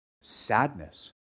sadness